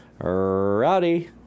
Rowdy